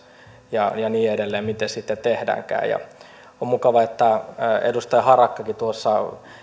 ja ja niin edelleen miten se sitten tehdäänkään on mukavaa että edustaja harakkakin tuossa